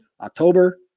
October